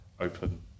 open